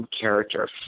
character